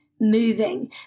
moving